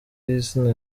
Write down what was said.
y’izina